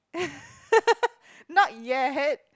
not yet